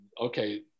okay